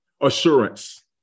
Assurance